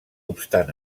obstant